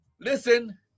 listen